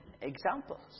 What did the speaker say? examples